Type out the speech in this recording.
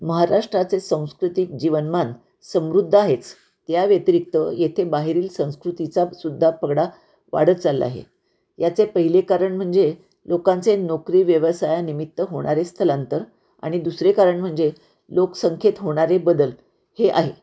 महाराष्ट्राचे सांस्कृतिक जीवनमान समृद्ध आहेच त्याव्यतिरिक्त येथे बाहेरील संस्कृतीचा सुद्धा पगडा वाढत चालला आहे याचे पहिले कारण म्हणजे लोकांचे नोकरी व्यवसायानिमित्त होणारे स्थलांतर आणि दुसरे कारण म्हणजे लोकसंख्येत होणारे बदल हे आहे